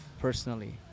personally